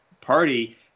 party